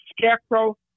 Scarecrow